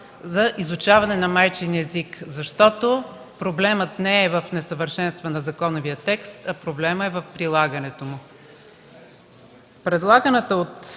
за изучаване на майчин език, защото проблемът не е в несъвършенството на законовия текст, а в прилагането му.